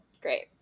great